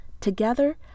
Together